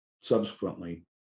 Subsequently